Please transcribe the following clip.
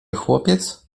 chłopiec